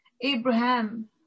Abraham